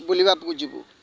ବୁଲିବାକୁ ଯିବୁ